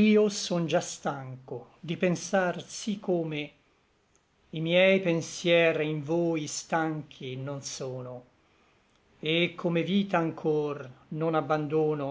io son già stanco di pensar sí come i miei pensier in voi stanchi non sono et come vita anchor non abbandono